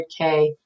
100K